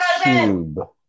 cube